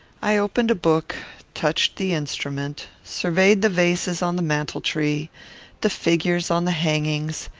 i opened a book touched the instrument surveyed the vases on the mantel-tree the figures on the hangings,